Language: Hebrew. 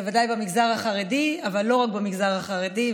ודאי במגזר החרדי אך לא רק במגזר החרדי,